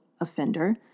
offender